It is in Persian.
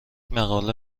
مقاله